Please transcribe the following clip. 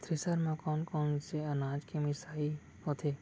Thresher म कोन कोन से अनाज के मिसाई होथे?